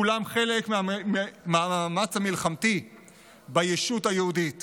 כולם חלק מהמאמץ המלחמתי בישות היהודית